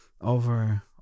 over